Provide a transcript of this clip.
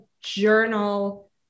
journal